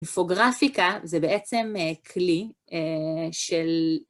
היפוגרפיקה זה בעצם כלי של...